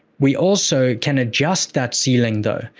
we also can adjust that ceiling though.